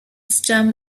stem